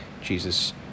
Jesus